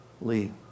Lee